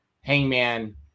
Hangman